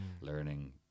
learning